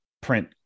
print